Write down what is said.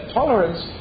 tolerance